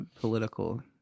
political